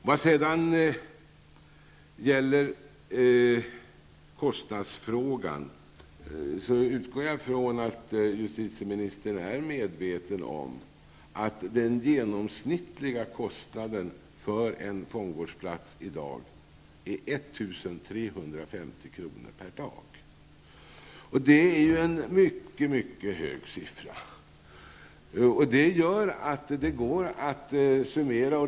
Vad sedan gäller kostnadsfrågan, utgår jag från att justitieministern är medveten om att den genomsnittliga kostnaden för en fångvårdsplats i dag är 1 350 kr. per dag. Det är en mycket stor summa.